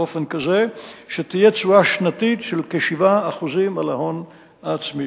באופן כזה שתהיה תשואה שנתית של כ-7% על ההון העצמי.